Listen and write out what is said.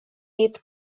eighth